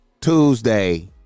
Tuesday